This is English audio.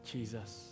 Jesus